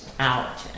out